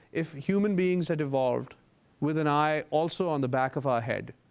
if human beings had evolved with an eye also on the back of our head,